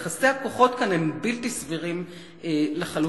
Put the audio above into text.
יחסי הכוחות כאן הם בלתי סבירים לחלוטין,